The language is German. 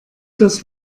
das